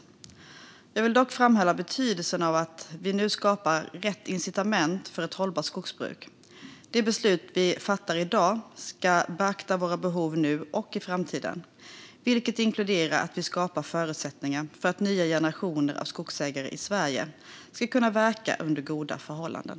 Jag vill framhålla betydelsen av att vi nu skapar rätt incitament för ett hållbart skogsbruk. De beslut vi fattar i dag ska beakta våra behov nu och i framtiden, vilket inkluderar att vi skapar förutsättningar för att nya generationer av skogsägare i Sverige ska kunna verka under goda förhållanden.